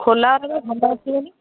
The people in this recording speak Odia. ଖୋଲା ଭଲ ଆସିବନି